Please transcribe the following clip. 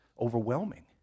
overwhelming